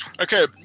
Okay